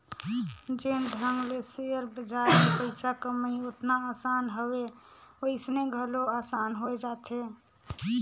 जेन ढंग ले सेयर बजार में पइसा कमई ओतना असान हवे वइसने घलो असान होए जाथे